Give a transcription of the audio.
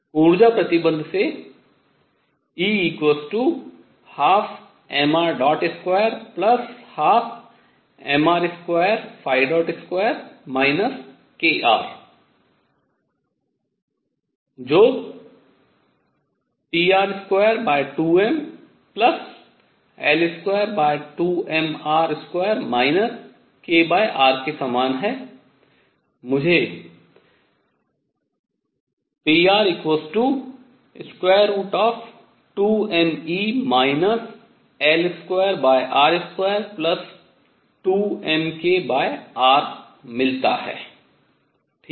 ऊर्जा प्रतिबन्ध से E12mr212mr22 kr जो pr22mL22mR2 kr के समान है मुझे pr√2mE L2r22mkr मिलता है ठीक है